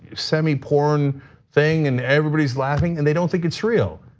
semi-porn thing and everybody's laughing and they don't think it's real.